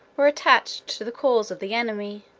were attached to the cause of the enemy.